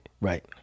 right